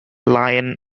lion